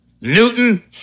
Newton